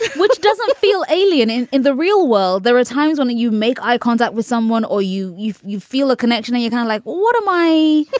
which doesn't feel alien in in the real world there are times when you make eye contact with someone or you you you feel a connection and you kind of like, what am i?